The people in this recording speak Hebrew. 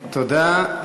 תודה.